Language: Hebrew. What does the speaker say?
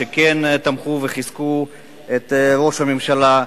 שכן תמכו וחיזקו את ראש הממשלה.